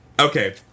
Okay